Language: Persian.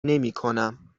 نمیکنم